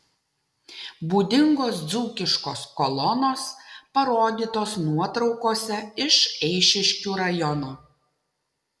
būdingos dzūkiškos kolonos parodytos nuotraukose iš eišiškių rajono